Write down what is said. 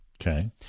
Okay